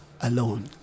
alone